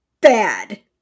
bad